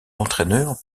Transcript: entraîneur